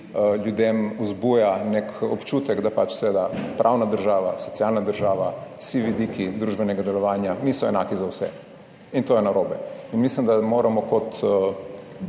ljudem vzbuja nek občutek, da pač seveda pravna država, socialna država, vsi vidiki družbenega delovanja niso enaki za vse in to je narobe. Mislim, da moramo kot,